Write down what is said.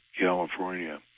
California